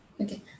Okay